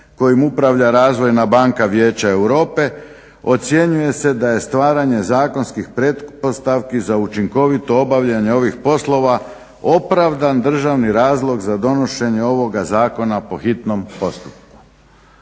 kojim upravlja Razvojna banka Vijeća ocjenjuje se da je stvaranje zakonskih pretpostavki za učinkovito obavljanje ovih poslova opravdan dražvni razlog za donošenje ovoga zakona po hitnom postupku.